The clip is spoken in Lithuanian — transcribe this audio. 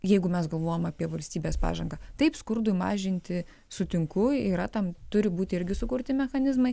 jeigu mes galvojam apie valstybės pažangą taip skurdui mažinti sutinku yra tam turi būti irgi sukurti mechanizmai